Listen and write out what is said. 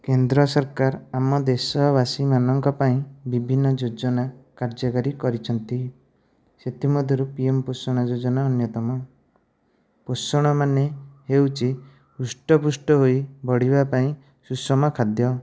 କେନ୍ଦ୍ର ସରକାର ଆମ ଦେଶବାସୀ ମାନଙ୍କ ପାଇଁ ବିଭିନ୍ନ ଯୋଜନା କାର୍ଯ୍ୟକାରୀ କରିଛନ୍ତି ସେଥିମଧ୍ୟରୁ ପିଏମ୍ ପୋଷଣ ଯୋଜନା ଅନ୍ୟତମ ପୋଷଣ ମାନେ ହେଉଛି ହୁଷ୍ଟପୃଷ୍ଟ ହୋଇ ବଢ଼ିବା ପାଇଁ ସୁଷମ ଖାଦ୍ୟ